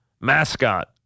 mascot